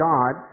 God